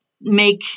make